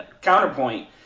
Counterpoint